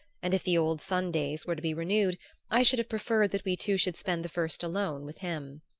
and if the old sundays were to be renewed i should have preferred that we two should spend the first alone with him.